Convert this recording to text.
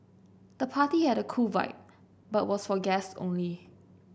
the party had a cool vibe but was for guests only